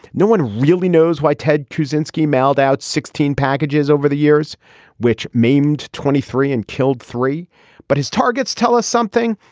no one really knows why ted cruz inskeep mailed out sixteen packages over the years which maimed twenty three and killed three but his targets tell us something.